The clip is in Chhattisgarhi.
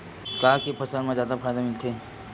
का के फसल मा जादा फ़ायदा मिलथे?